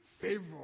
favor